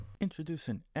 Introducing